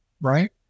right